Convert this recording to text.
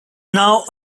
now